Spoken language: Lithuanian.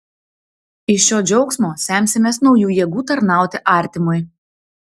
iš šio džiaugsmo semsimės naujų jėgų tarnauti artimui